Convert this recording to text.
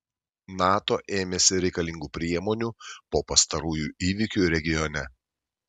nato ėmėsi reikalingų priemonių po pastarųjų įvykių regione